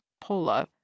pola